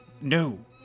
no